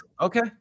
Okay